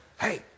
hey